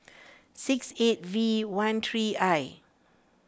six eight V one three I